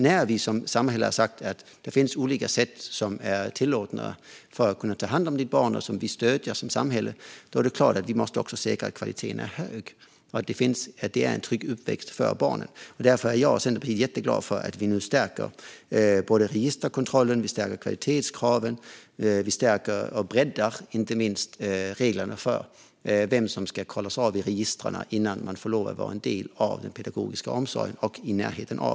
När vi som samhälle har sagt att det finns olika sätt som är tillåtna för att ta hand om ditt barn är det klart att vi måste säkra att kvaliteten är hög. Det ska vara en trygg uppväxt för barnet. Därför är Centerpartiet och jag glada för att registerkontrollen och kvalitetskraven stärks. Samtidigt breddar vi reglerna för vem som ska kontrolleras i registren innan man kan få lov att vara en del av den pedagogiska omsorgen.